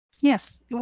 Yes